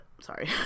sorry